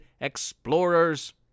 explorers